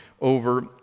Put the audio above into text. over